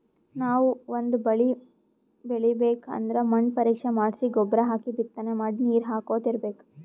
ನಾವ್ ಒಂದ್ ಬಳಿ ಬೆಳಿಬೇಕ್ ಅಂದ್ರ ಮಣ್ಣ್ ಪರೀಕ್ಷೆ ಮಾಡ್ಸಿ ಗೊಬ್ಬರ್ ಹಾಕಿ ಬಿತ್ತನೆ ಮಾಡಿ ನೀರ್ ಹಾಕೋತ್ ಇರ್ಬೆಕ್